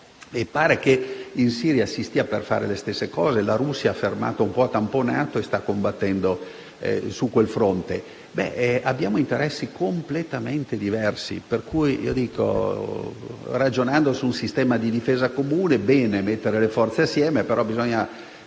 Pare che in Siria si stia per fare la stessa cosa. La Russia sta tamponando e combattendo su quel fronte. Abbiamo interessi completamente diversi; per cui, ragionando di un sistema di difesa comune, è bene mettere le forze assieme, però bisogna